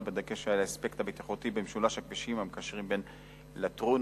בדגש על האספקט הבטיחותי במשולש הכבישים המקשרים בין לטרון,